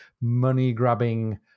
money-grabbing